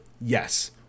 Yes